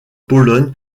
pologne